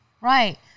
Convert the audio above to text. Right